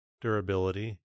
durability